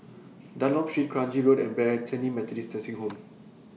Dunlop Street Kranji Road and Bethany Methodist Nursing Home